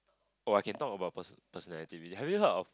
oh I can talk about perso~ personality already have you heard of